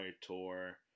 tour